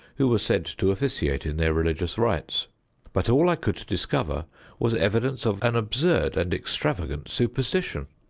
who were said to officiate in their religious rites but all i could discover was evidence of an absurd and extravagant superstition.